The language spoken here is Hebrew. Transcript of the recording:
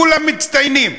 כולם מצטיינים.